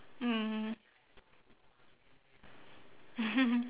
mm